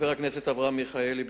אברהם מיכאלי,